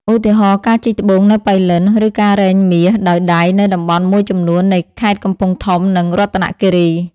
ឧទាហរណ៍ ការជីកត្បូងនៅប៉ៃលិន ឬការរែងមាសដោយដៃនៅតំបន់មួយចំនួននៃខេត្តកំពង់ធំ និងរតនគិរី។